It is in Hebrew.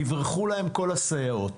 יברחו להם כל הסייעות.